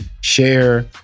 share